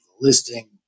listing